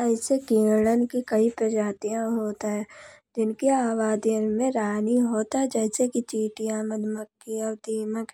ऐसे कीड़न की कई प्रजातियाँ होत हैं। जिनकी आबादियाँ में रानी होत हैं जैसे कि चींटियाँ, मधुमखियाँ और दीमक